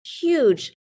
huge